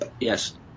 Yes